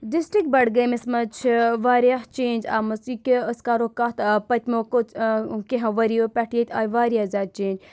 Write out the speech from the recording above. district بڈگٲمِس منٛز چھِ واریاہ چینٛج آمٕژ یہِ کہِ أسۍ کَرو کَتھ پٔتمو کٔژ کینٛہہ ؤرۍ یو پؠٹھ ییٚتہِ آیہِ واریاہ زیادٕ چینٛج